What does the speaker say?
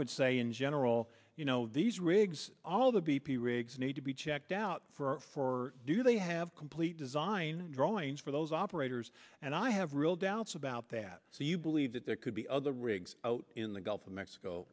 would say in general you know these rigs all of the b p rigs need to be checked out for for do they have complete design drawings for those operate years and i have real doubts about that so you believe that there could be other rigs out in the gulf of mexico